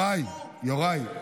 תודה רבה.